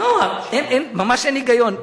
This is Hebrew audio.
ממש אין היגיון.